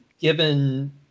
given